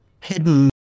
hidden